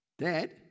Dad